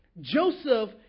Joseph